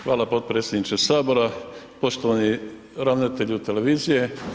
Hvala potpredsjedniče Sabora, poštovani ravnatelju televizije.